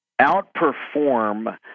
outperform